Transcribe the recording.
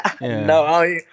no